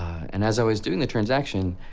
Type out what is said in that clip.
and as i was doing the transaction,